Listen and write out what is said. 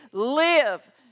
Live